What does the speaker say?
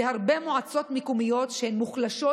בהרבה מועצות מקומיות שהן מוחלשות,